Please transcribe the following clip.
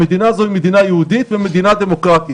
המדינה הזו היא מדינה יהודית והיא מדינה דמוקרטית,